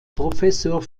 professor